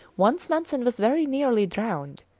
once nansen was very nearly drowned.